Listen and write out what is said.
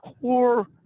core